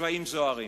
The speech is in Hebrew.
בצבעים זוהרים?